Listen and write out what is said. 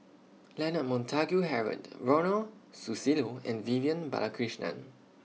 Leonard Montague Harrod Ronald Susilo and Vivian Balakrishnan